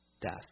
death